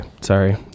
sorry